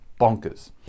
bonkers